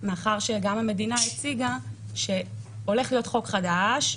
מאחר שגם המדינה הציגה שהולך להיות חוק חדש,